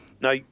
Now